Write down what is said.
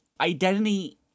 identity